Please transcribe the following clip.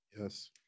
Yes